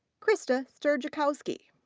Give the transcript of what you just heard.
krista strzeszkowski.